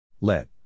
Let